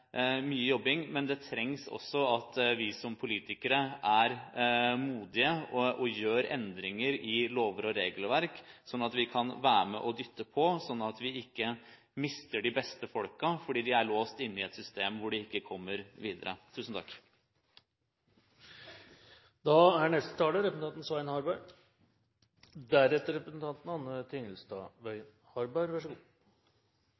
trengs også at vi som politikere er modige og endrer lover og regelverk, sånn at vi kan være med å dytte på for ikke å miste de beste elevene fordi de er låst inne i et system hvor de ikke kommer videre. Først vil jeg takke interpellanten for å ta opp to viktige anliggender for oss i salen. Det ene er